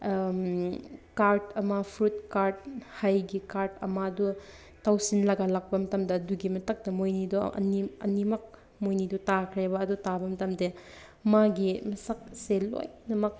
card ꯑꯃ fruit carrot ꯑꯃ ꯍꯩꯒꯤ ꯀꯥꯔꯠ ꯑꯃꯗꯣ ꯇꯧꯁꯤꯟꯂꯒ ꯂꯥꯛꯄ ꯃꯇꯝꯗ ꯑꯗꯨꯒꯤ ꯃꯊꯛꯇ ꯃꯣꯏꯅꯤꯗꯣ ꯑꯅꯤ ꯑꯅꯤꯃꯛ ꯃꯣꯏꯅꯤꯗꯣ ꯇꯥꯈ꯭ꯔꯦꯕ ꯑꯗꯣ ꯇꯥꯕ ꯃꯇꯝꯗ ꯃꯥꯒꯤ ꯃꯁꯛꯁꯦ ꯂꯣꯏꯅꯃꯛ